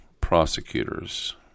prosecutors